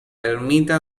ermita